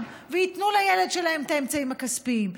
וייתנו לילד שלהם את האמצעים הכספיים,